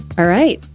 all right.